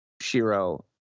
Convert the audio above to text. Shiro